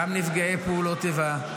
גם נפגעי פעולות איבה,